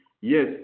yes